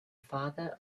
father